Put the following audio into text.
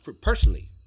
Personally